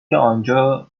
آنجا